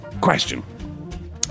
Question